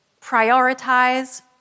prioritize